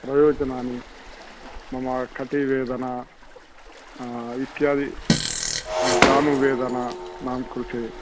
प्रयोजनानि मम कटिवेदना इत्यादि जानुवेदनानां कृते